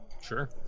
Sure